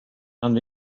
and